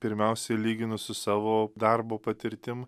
pirmiausiai lyginu su savo darbo patirtim